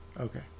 Okay